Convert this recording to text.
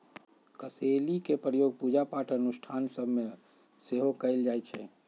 कसेलि के प्रयोग पूजा पाठ अनुष्ठान सभ में सेहो कएल जाइ छइ